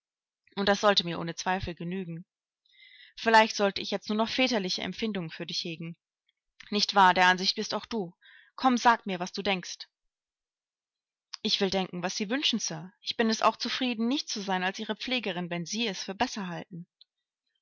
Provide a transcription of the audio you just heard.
und das sollte mir ohne zweifel genügen vielleicht sollte ich jetzt nur noch väterliche empfindungen für dich hegen nicht wahr der ansicht bist auch du komm sag mir was du denkst ich will denken was sie wünschen sir ich bin es auch zufrieden nichts zu sein als ihre pflegerin wenn sie es für besser halten